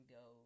go